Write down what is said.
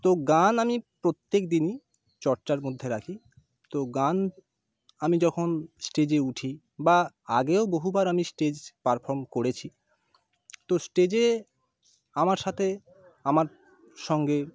তো গান আমি প্রত্যেকদিনই চর্চার মধ্যে রাখি তো গান আমি যখন স্টেজে উঠি বা আগেও বহুবার আমি স্টেজ পারফর্ম করেছি তো স্টেজে আমার সাথে আমার সঙ্গে